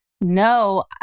no